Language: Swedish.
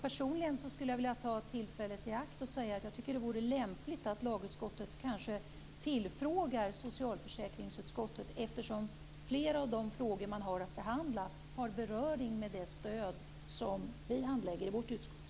Personligen skulle jag vilja ta tillfället i akt att säga att jag tycker att det vore lämpligt om lagutskottet kanske tillfrågade socialförsäkringsutskottet eftersom flera av de frågor man har att behandla har beröring med det stöd som vi handlägger i vårt utskott.